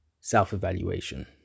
self-evaluation